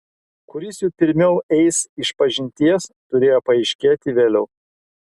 kuris jų pirmiau eis išpažinties turėjo paaiškėti vėliau